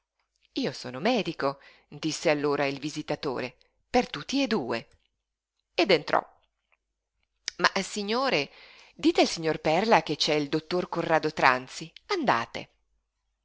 io sono medico disse allora il visitatore per tutti e due ed entrò ma signore dite al signor perla che c'è il dottor corrado tranzi andate